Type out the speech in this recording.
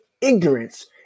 ignorance